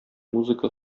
музыка